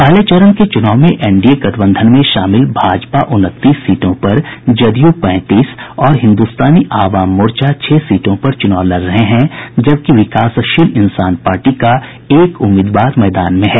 पहले चरण के चुनाव में एनडीए गठबंधन में शामिल भारतीय जनता पार्टी उनतीस सीटों पर जनता दल यूनाईटेड पैंतीस और हिन्दुस्तानी आवाम मोर्चा हम छह सीटों पर चुनाव लड़ रहे हैं जबकि विकासशील इन्सान पार्टी वीआईपी का एक उम्मीदवार मैदान में है